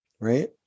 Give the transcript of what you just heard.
Right